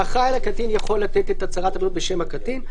האחראי על הקטין יכול לתת את הצהרת הבריאות בשם הקטין.